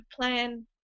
plan